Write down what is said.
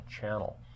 channel